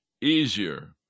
easier